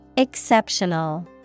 exceptional